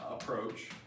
approach